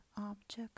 object